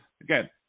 Again